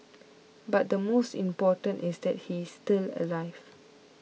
but the most important is that he's still alive